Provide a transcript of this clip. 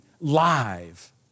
live